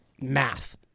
math